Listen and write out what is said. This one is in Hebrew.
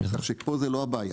כך שפה זה לא הבעיה.